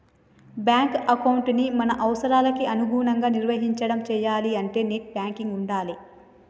bank ఎకౌంటుని మన అవసరాలకి అనుగుణంగా నిర్వహించడం చెయ్యాలే అంటే నెట్ బ్యాంకింగ్ ఉండాలే